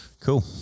Cool